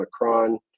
macron